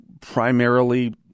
primarily